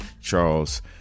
Charles